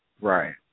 Right